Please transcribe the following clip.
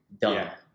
done